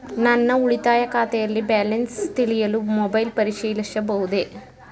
ನನ್ನ ಉಳಿತಾಯ ಖಾತೆಯಲ್ಲಿ ಬ್ಯಾಲೆನ್ಸ ತಿಳಿಯಲು ಮೊಬೈಲ್ ಪರಿಶೀಲಿಸಬಹುದೇ?